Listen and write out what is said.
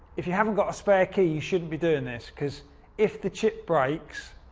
if you haven't got a spare key, you shouldn't be doin' this. cause if the chip breaks,